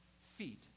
feet